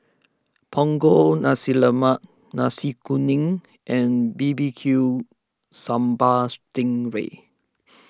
Punggol Nasi Lemak Nasi Kuning and B B Q Sambal Sting Ray